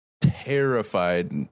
terrified